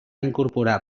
incorporar